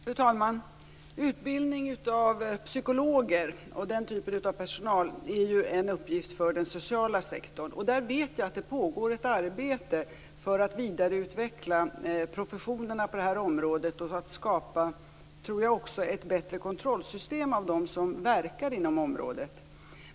Fru talman! Utbildning av psykologer och den typen av personal är en uppgift för den sociala sektorn. Jag vet att där pågår ett arbete för att vidareutveckla professionerna på det här området och för skapa ett bättre system för kontroll av dem som verkar inom området.